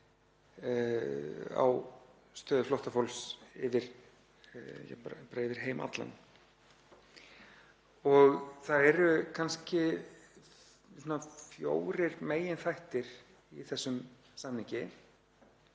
á stöðu flóttafólks yfir heim allan. Það eru kannski fjórir meginþættir í þessum samningi